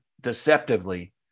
deceptively